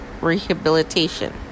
rehabilitation